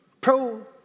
Pro